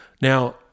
Now